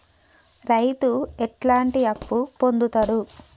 రైతు ఎట్లాంటి అప్పు పొందుతడు?